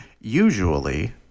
usually